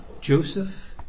Joseph